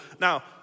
Now